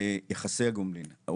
יחסי הגומלין,